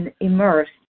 immersed